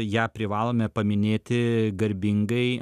ją privalome paminėti garbingai